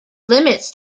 limits